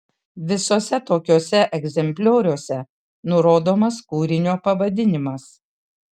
visuose tokiuose egzemplioriuose nurodomas kūrinio pavadinimas